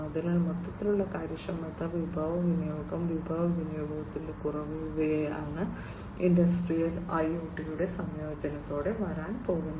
അതിനാൽ മൊത്തത്തിലുള്ള കാര്യക്ഷമത വിഭവ വിനിയോഗം വിഭവ വിനിയോഗത്തിൽ കുറവ് ഇവയാണ് ഇൻഡസ്ട്രിയൽ ഐഒടിയുടെ സംയോജനത്തോടെ വരാൻ പോകുന്നത്